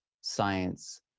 science